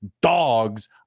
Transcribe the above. dogs